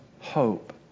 hope